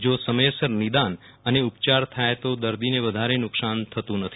જો સમયસર નિદાન અને ઉપયાર થાય તો દર્દીને વધારે નુકસાન થતું નથી